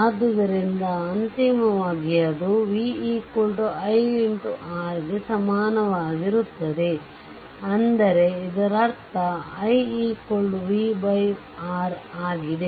ಆದ್ದರಿಂದ ಅಂತಿಮವಾಗಿ ಅದು v iR ಗೆ ಸಮನಾಗಿರುತ್ತದೆ ಅಂದರೆ ಇದರರ್ಥ i v R ಗೆ ಸಮಾನವಾಗಿರುತ್ತದೆ